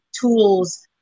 tools